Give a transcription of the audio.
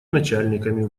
начальниками